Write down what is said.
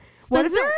spencer